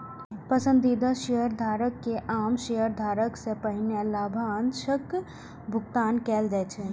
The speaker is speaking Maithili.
पसंदीदा शेयरधारक कें आम शेयरधारक सं पहिने लाभांशक भुगतान कैल जाइ छै